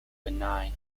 benign